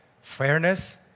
fairness